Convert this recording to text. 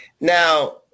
Now